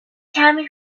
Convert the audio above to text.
کمی